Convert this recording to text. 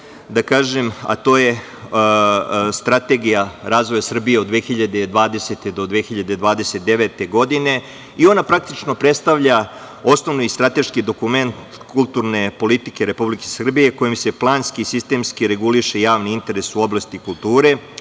da kažem, a to je Strategija razvoja Srbije od 2020. do 2029. godine. Ona praktično predstavlja osnovni i strateški dokument kulturne politike Republike Srbije kojom se planski i sistemski reguliše javni interes u oblasti kulture